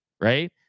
right